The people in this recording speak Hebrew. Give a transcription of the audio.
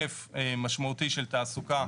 היקף משמעותי של תעסוקה.